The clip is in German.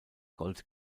gold